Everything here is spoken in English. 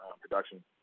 production